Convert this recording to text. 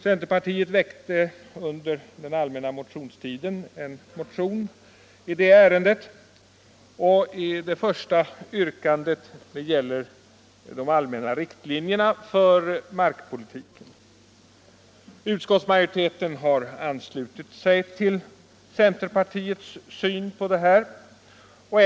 Centerpartiet väckte under den allmänna motionstiden en motion i det ämnet, och det första yrkandet gäller de allmänna riktlinjerna för markpolitiken. Utskottsmajoriteten har anslutit sig till centerpartiets syn på denna fråga.